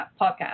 podcast